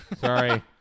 Sorry